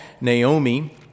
Naomi